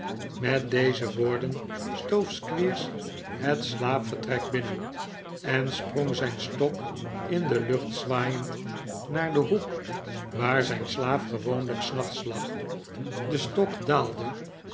met deze woorden stoof squeers het slaapvertrek binnen en sprong zijn stok in de lucht zwaaiend naar den hoek waar zijn slaaf gewoonlijk s nachts lag de stok daalde